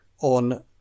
on